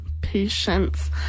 Patience